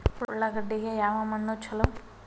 ಉಳ್ಳಾಗಡ್ಡಿಗೆ ಯಾವ ಮಣ್ಣು ಛಲೋ?